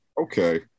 Okay